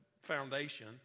foundation